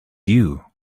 you